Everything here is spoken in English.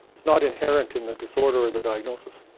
it's not inherent in the disorder or the diagnosis.